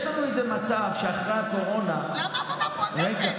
יש לנו מצב שאחרי הקורונה, למה עבודה מועדפת?